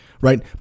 right